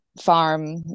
farm